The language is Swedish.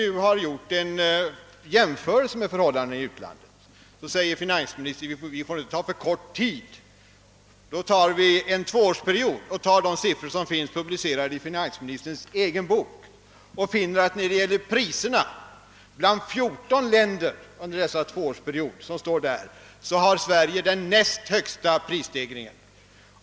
När jag då har gjort en jämförelse med förhållandena utomlands, säger finansministern att vi inte får ta en alltför kort tidrymd. Därför har jag tagit en tvåårsperiod och hämtat siffrorna från finansministerns egen bok. Vi finner då att bland 14 länder har Sverige under dessa två år haft den näst högsta prisstegringen.